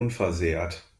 unversehrt